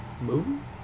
Movie